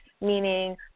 meaning